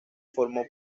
formó